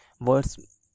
words